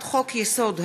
הצעת חוק התקשורת (בזק ושידורים)